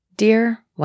Dear